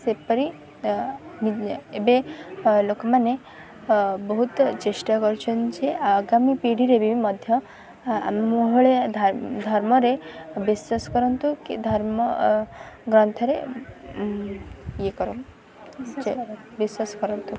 ସେପରି ଏବେ ଲୋକମାନେ ବହୁତ ଚେଷ୍ଟା କରୁଛନ୍ତି ଯେ ଅଗାମୀ ପିଢ଼ିରେ ବି ମଧ୍ୟ ଆମ ଆମ ଭଳିଆ ଧର୍ମରେ ବିଶ୍ୱାସ କରନ୍ତୁ କି ଧର୍ମ ଗ୍ରନ୍ଥରେ ଇଏ କରନ୍ତୁ ବିଶ୍ୱାସ କରନ୍ତୁ ବିଶ୍ୱାସ କରନ୍ତୁ